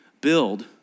build